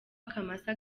akamasa